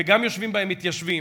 וגם יושבים בהם מתיישבים,